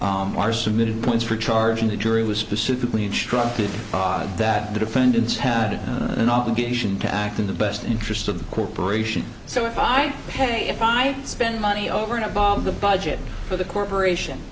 law are submitted points for charging the jury was specifically instructed that the defendants had an obligation to act in the best interest of the corporation so if i pay if i spend money over and above the budget for the corporation